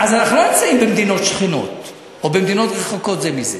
אז אנחנו לא נמצאים במדינות שכנות או במדינות רחוקות זו מזו,